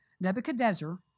Nebuchadnezzar